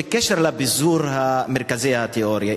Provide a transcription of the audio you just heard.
בקשר לביזור מרכזי התיאוריה,